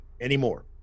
anymore